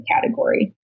category